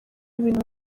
ibintu